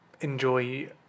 enjoy